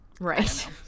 right